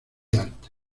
artes